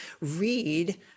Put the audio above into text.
read